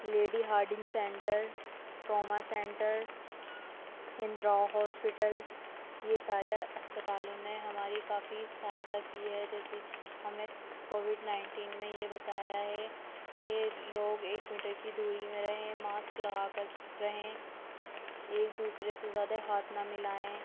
lady Hardinge centre trauma centre ہندرا hospital یہ سارے اسپتالوں نے ہماری کافی سہایتا کی ہے جیسے ہمیں کووڈ نائنٹین میں یہ بتایا ہے کہ لوگ ایک میٹر کی دوری میں رہیں ماسک لگا کر رہیں ایک دوسرے سے زیادہ ہاتھ نہ ملائیں